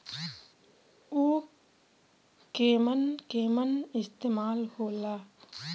उव केमन केमन इस्तेमाल हो ला?